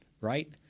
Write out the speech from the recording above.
right